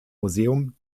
museum